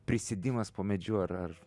prisėdimas po medžiu ar ar